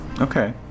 Okay